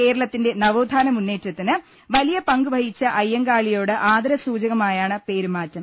കേരളത്തിന്റെ നവോത്ഥാന മുന്നേറ്റത്തിന് വലിയ പങ്കുവ ഹിച്ച അയ്യങ്കാളിയോട് ആദര സൂചകമായാണ് പേരുമാറ്റം